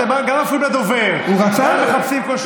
אתם גם מפריעים לדובר, גם מחפשים כל שנייה.